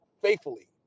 faithfully